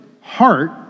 heart